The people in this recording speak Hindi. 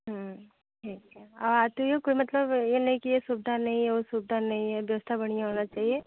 हाँ ठीक है आ आती हूँ कोई मतलब यह नहीं कि यह सुविधा नहीं है वह सुविधा नहीं है व्यवस्था बढ़िया होना चाहिए